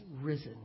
risen